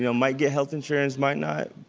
you know might get health insurance, might not.